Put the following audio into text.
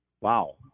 Wow